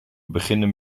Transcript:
beginnen